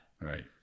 Right